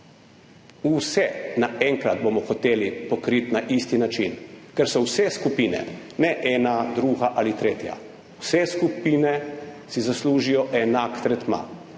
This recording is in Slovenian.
Vse naenkrat bomo hoteli pokriti na isti način, ker so vse skupine, ne ena, druga ali tretja, vse skupine si zaslužijo enak tretma